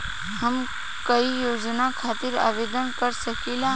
हम कोई योजना खातिर आवेदन कर सकीला?